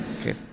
Okay